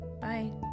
Bye